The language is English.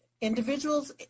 individuals